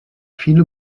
viele